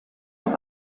auf